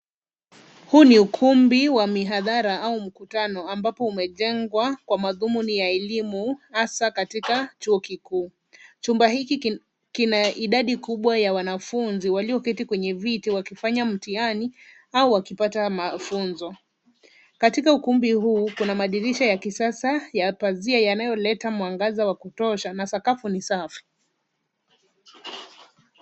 Huu ni ukumbi wa mihathara au mkutano ambapo umejengwa kwa madhumi wa elimu hasa katika chuo kikuu, jumba hiki kina idadi kubwa ya wanafunzi walioketi kwenye viti wakifanya mitihani au wakipata mafunzo. Katika ukumbi huu kuna madirisha ya kisasa ya pasia yanaoleta mwangaza wa kutosha na sakafu ni safi.